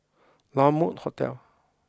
La Mode Hotel